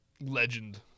legend